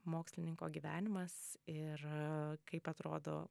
mokslininko gyvenimas ir kaip atrodo